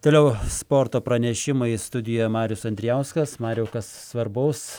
toliau sporto pranešimai studijoje marius andrijauskas mariau svarbaus